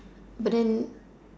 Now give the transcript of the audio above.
but then